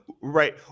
Right